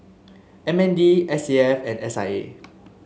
M N D S A F and S I A